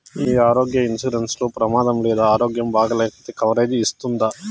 ఈ ఆరోగ్య ఇన్సూరెన్సు లో ప్రమాదం లేదా ఆరోగ్యం బాగాలేకపొతే కవరేజ్ ఇస్తుందా?